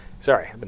Sorry